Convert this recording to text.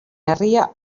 herria